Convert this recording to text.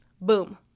Boom